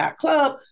Club